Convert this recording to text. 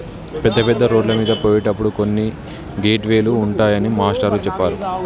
పెద్ద పెద్ద రోడ్లమీద పోయేటప్పుడు కొన్ని గేట్ వే లు ఉంటాయని మాస్టారు చెప్పారు